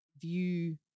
view